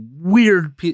weird